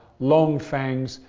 long fangs,